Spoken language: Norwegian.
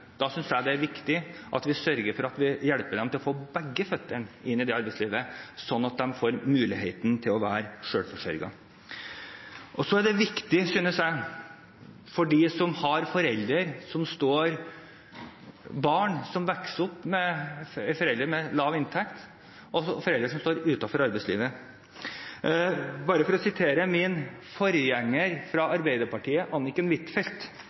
synes det er viktig at vi hjelper dem til å få begge føttene inn i arbeidslivet, slik at de får muligheten til å være selvforsørget. Så er det viktig å si, synes jeg, når det gjelder barn som vokser opp med foreldre med lav inntekt eller med foreldre som står utenfor arbeidslivet – for bare å sitere min forgjenger, fra Arbeiderpartiet, Anniken Huitfeldt,